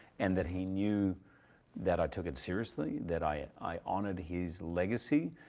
and that he knew that i took it seriously, that i i honor his legacy,